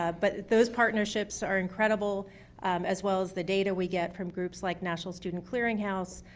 ah but those partnerships are incredible as well as the data we get from groups like national student clearinghouse,